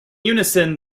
unison